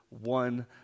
one